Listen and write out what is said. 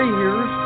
years